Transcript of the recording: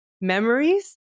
memories